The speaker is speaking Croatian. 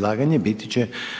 **Reiner,